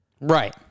right